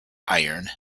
iron